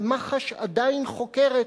ומח"ש עדיין חוקרת,